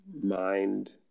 mind